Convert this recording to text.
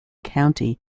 county